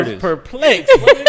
perplexed